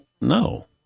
no